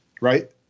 Right